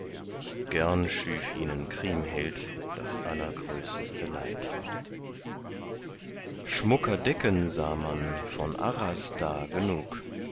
gern schüf ihnen kriemhild das allergrößeste leid schmucker decken sah man von arras da genug